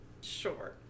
Sure